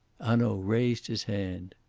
hanaud raised his hand.